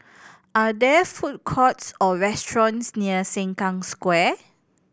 are there food courts or restaurants near Sengkang Square